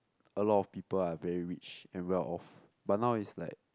a lot of people are very rich and well off but now is like